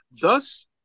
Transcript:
thus